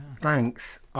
Thanks